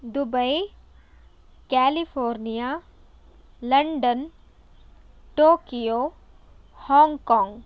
Dubai California London Tokyo Hong Kong